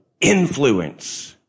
Influence